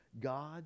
God